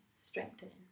strengthening